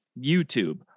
YouTube